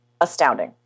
astounding